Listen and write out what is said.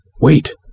wait